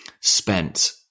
spent